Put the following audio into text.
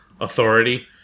authority